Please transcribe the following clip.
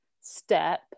step